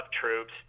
troops